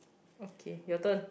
okay your turn